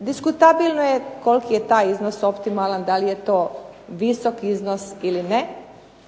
Diskutabilno je koliki je taj iznos optimalan. Da li je to visok iznos ili ne.